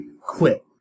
quit